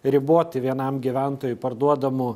riboti vienam gyventojui parduodamų